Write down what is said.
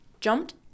Jumped